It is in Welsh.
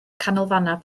canolfannau